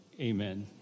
amen